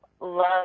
love